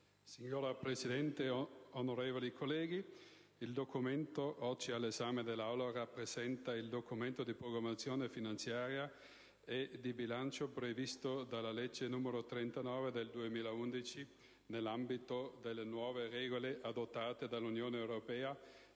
Signora Presidente, onorevoli colleghi, il Documento oggi all'esame dell'Aula rappresenta il documento di programmazione finanziaria, e di bilancio previsto dalla legge n. 39 del 2011 nell'ambito delle nuove regole adottate dall'Unione europea